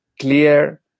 clear